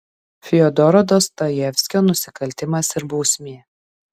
fiodoro dostojevskio nusikaltimas ir bausmė